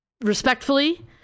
respectfully